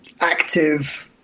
active